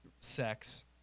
sex